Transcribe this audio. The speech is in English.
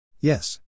Yes